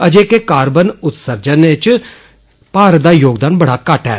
अजे के कार्बन उत्सर्जन इच भारत दा योगदान बड्डा घट्ट ऐ